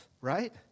right